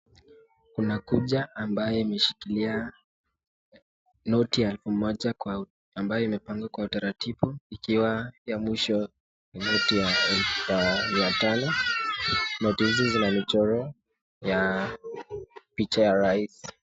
Kuna kucha ambayo imeshikilia noti ya elfu moja ambayo imepangwa kwa utaratibu ikiwa ya mwisho noti ya elfu mia tano. Noti hizi zina michoro ya picha ya rais.